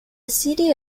city